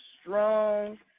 strong